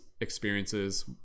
experiences